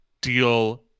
deal